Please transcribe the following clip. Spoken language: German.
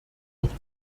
noch